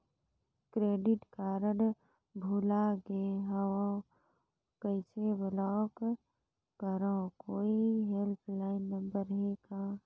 Credit card भुला गे हववं कइसे ब्लाक करव? कोई हेल्पलाइन नंबर हे का?